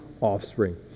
offspring